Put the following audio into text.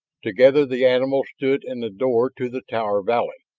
together the animals stood in the door to the tower valley,